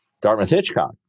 Dartmouth-Hitchcock